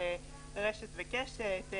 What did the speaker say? רשת וקשת,